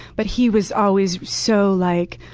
but he was always so like